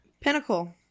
Pinnacle